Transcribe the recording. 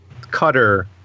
Cutter